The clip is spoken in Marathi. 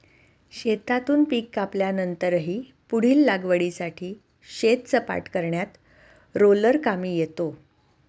शेतातून पीक कापल्यानंतरही पुढील लागवडीसाठी शेत सपाट करण्यात रोलर कामी येतो